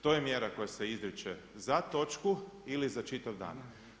To je mjera koja se izriče za točku ili za čitav dan.